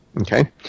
Okay